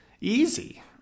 easy